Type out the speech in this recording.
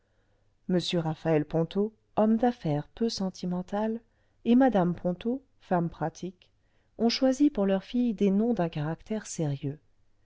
m raphaël ponto homme d'affaires peu sentimental et mmo ponto femme pratique ont choisi pour leurs filles des noms d'un caractère sérieux